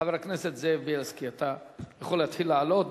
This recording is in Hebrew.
חבר הכנסת זאב בילסקי, אתה יכול להתחיל לעלות.